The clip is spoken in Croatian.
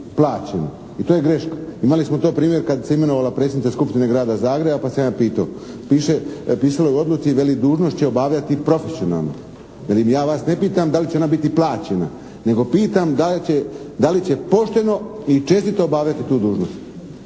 I to je greška. Imali smo to primjer kad se imenovala predsjednica Skupštine Grada Zagreba pa sam ja pitao. Piše, pisalo je u odluci, veli: «Dužnost će obavljati profesionalno». Velim ja vas ne pitam da li će ona biti plaćena nego pitam da li će, da li će pošteno i čestito obavljati tu dužnost?